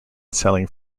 selling